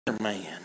man